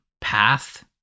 path